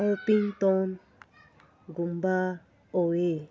ꯑꯣꯄꯤꯡ ꯇꯣꯟꯒꯨꯝꯕ ꯑꯣꯏꯌꯦ